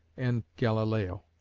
and galileo,